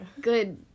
good